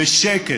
בשקט,